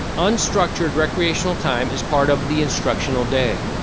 unstructured recreational time as part of the instructional day.